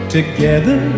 Together